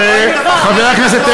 בכנסת,